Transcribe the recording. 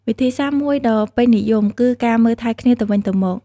វិធីសាស្រ្តមួយដ៏ពេញនិយម គឺ ការមើលថែគ្នាទៅវិញទៅមក។